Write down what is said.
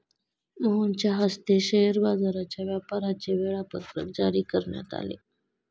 मोहनच्या हस्ते शेअर बाजाराच्या व्यापाराचे वेळापत्रक जारी करण्यात आले